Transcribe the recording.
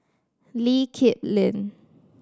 Lee Kip Lin